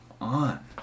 on